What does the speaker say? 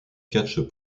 catch